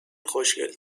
خوشگل